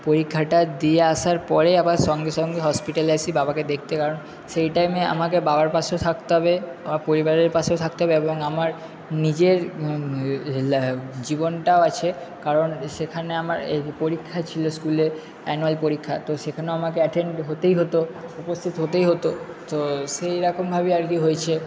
পরীক্ষাটা দিয়ে আসার পরে আবার সঙ্গে সঙ্গে হসপিটালে আসি বাবাকে দেখতে কারণ সেই টাইমে আমাকে বাবার পাশেও থাকতে হবে আমার পরিবারের পাশেও থাকতে হবে এবং আমার নিজের জীবনটাও আছে কারণ সেখানে আমার পরীক্ষা ছিল স্কুলের অ্যানুয়াল পরীক্ষা তো সেখানেও আমাকে অ্যাটেন্ড হতেই হতো উপস্থিত হতেই হতো তো সেইরকম ভাবেই আর কি হয়েছে